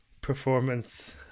performance